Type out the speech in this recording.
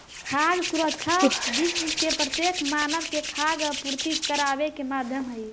खाद्य सुरक्षा विश्व के प्रत्येक मानव के खाद्य आपूर्ति कराबे के माध्यम हई